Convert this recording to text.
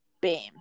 bam